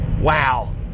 wow